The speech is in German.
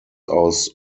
aus